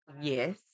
Yes